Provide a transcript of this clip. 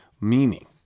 meaning